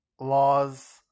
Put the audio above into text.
laws